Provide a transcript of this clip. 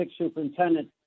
superintendent